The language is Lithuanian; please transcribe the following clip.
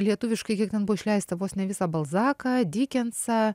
lietuviškai kiek ten buvo išleista vos ne visą balzaką dikensą